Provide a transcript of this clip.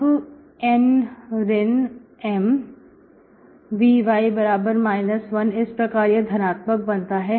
अब N ऋण M vy 1 इस प्रकार यह धनात्मक बनाता है